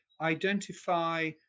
identify